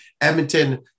Edmonton